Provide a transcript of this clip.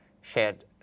shared